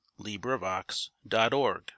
LibriVox.org